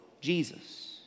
Jesus